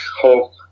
Hope